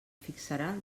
fixarà